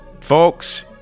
Folks